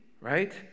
right